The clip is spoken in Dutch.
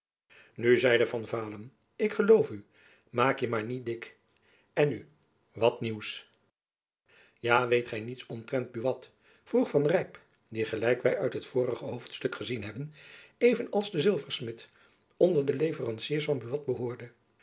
nu zeide van vaalen ik geloof u maak je maar niet dik en nu wat nieuws ja weet gy niets omtrent buat vroeg van rijp die gelijk wy uit het vorige hoofdstuk gezien hebben even als de zilversmid onder de leveranciers van buat behoorde